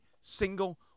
single